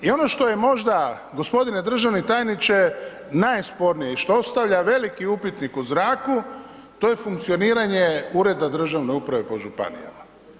I ono što je možda g. državni tajniče najspornije i što ostavlja veliki upitnik u zraku, to je funkcioniranje ureda državne uprave po županijama.